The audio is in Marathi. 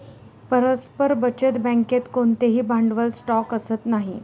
परस्पर बचत बँकेत कोणतेही भांडवल स्टॉक असत नाही